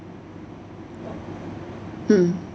mm